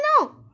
no